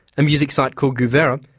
a music site called guevera,